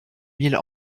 mille